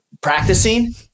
practicing